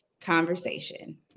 conversation